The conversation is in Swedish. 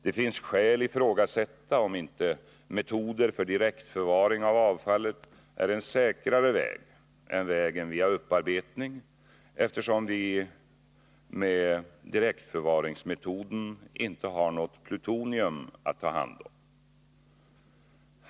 Det finns skäl ifrågasätta om inte metoder för direktförvaring av avfallet är en säkrare väg än vägen via upparbetning, eftersom vi med direktförvaringsmetoden inte har något plutonium att ta hand om.